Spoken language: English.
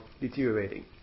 deteriorating